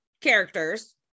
characters